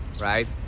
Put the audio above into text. right